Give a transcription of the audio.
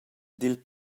dil